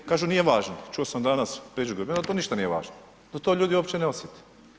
Kažu: „Nije važno.“ Čuo sam danas Peđu Grbina da to ništa nije važno, da to ljudi uopće ne osjete.